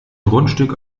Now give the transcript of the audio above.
grundstück